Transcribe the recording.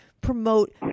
promote